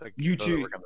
YouTube